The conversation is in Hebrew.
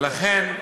ולכן,